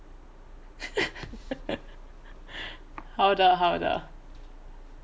好的好的